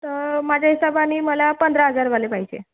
तर माझ्या हिशोबानी मला पंधरा हजार झाले पाहिजे